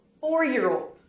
four-year-old